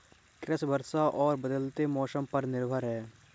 कृषि वर्षा और बदलते मौसम पर निर्भर है